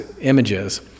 images